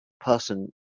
person